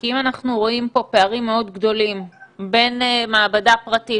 כי אם אנחנו רואים פה פערים מאוד גדולים בין מעבדה פרטית,